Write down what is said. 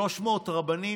300 רבנים,